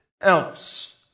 else